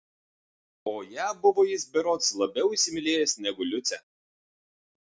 o ją buvo jis berods labiau įsimylėjęs negu liucę